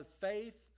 faith